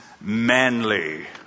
manly